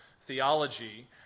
theology